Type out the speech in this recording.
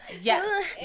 yes